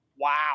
wow